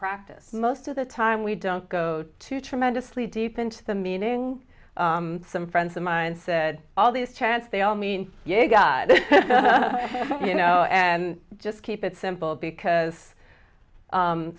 practice most of the time we don't go to tremendously deep into the meaning some friends of mine said all these chants they all mean god you know and just keep it simple because